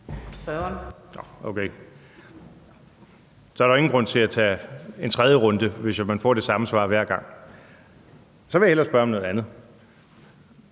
så er der jo ingen grund til at tage en tredje runde, hvis man får det samme svar hver gang. Så vil jeg hellere spørge om noget andet.